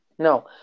No